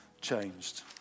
changed